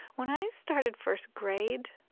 when i started first grade,